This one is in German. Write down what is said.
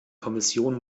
kommission